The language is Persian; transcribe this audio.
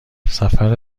سفر